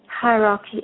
hierarchy